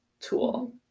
tool